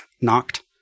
knocked